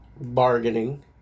bargaining